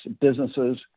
businesses